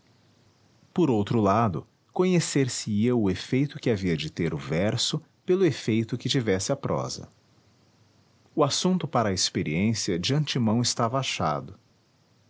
por outro lado conhecer se ia o efeito que havia de ter o verso pelo efeito que tivesse a prosa o assunto para a experiência de antemão estava achado